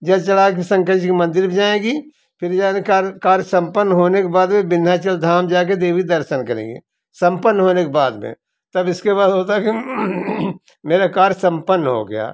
जल चढ़ा के शंकर जी मंदिर भी जाएँगी फिर जाने कार्य कार्य संपन्न होने के बाद भी विंध्याचल धाम जा के देवी दर्शन करेंगी संपन्न होने के बाद में तब इसके बाद होता कि मेरा कार्य संपन्न हो गया